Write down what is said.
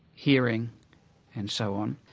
hearing and so on,